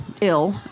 ill